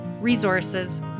resources